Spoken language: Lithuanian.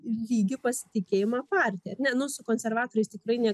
lygį pasitikėjimą partija ar ne nu su konservatoriais tikrai ne